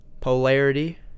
polarity